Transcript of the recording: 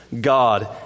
God